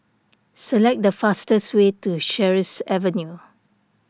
select the fastest way to Sheares Avenue